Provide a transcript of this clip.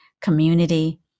community